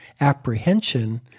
apprehension